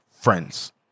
friends